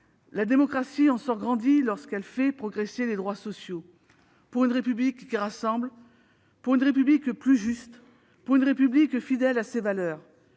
la démocratie sort grandie de faire progresser les droits sociaux pour une République qui rassemble, pour une République plus juste, pour une République fidèle à ses valeurs.